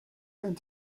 going